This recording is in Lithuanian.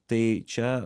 tai čia